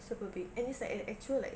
super big and it's like an actual like